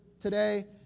today